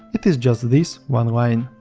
it is just this one line.